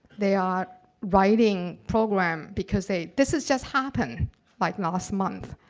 they are writing programs because they, this has just happened like last month.